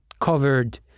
covered